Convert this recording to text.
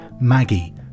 Maggie